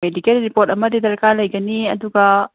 medical report ꯑꯃꯗꯤ ꯗꯔꯀꯥꯔ ꯂꯩꯒꯅꯤ ꯑꯗꯨꯒ